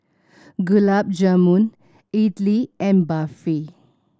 Gulab Jamun Idili and Barfi